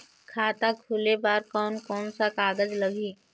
खाता खुले बार कोन कोन सा कागज़ लगही?